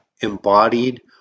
embodied